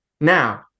now